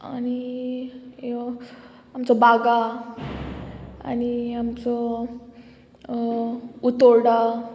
आनी आमचो बागा आनी आमचो उतौर्डा